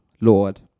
Lord